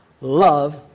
love